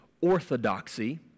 orthodoxy